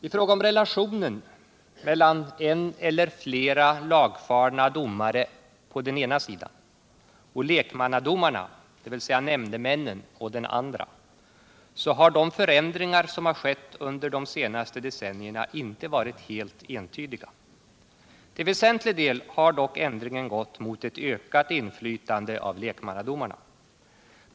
I fråga om relationen mellan en eller flera lagfarna domare å den ena sidan och lekmannadomarna, dvs. nämndemännen å den andra, har de förändringar som skett under de senaste decennierna inte varit helt entydiga. Till väsentlig del har ändringen dock gått mot ett ökat inflytande av lekmannadomarna.